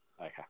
Okay